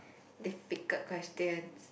difficult questions